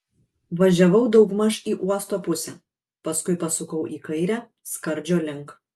važiavau daugmaž į uosto pusę paskui pasukau į kairę skardžio link